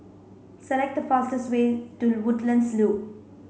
select the fastest way to Woodlands Loop